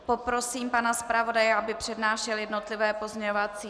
Poprosím pana zpravodaje, aby přednášel jednotlivé pozměňovací...